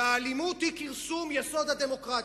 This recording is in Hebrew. והאלימות היא כרסום יסוד הדמוקרטיה.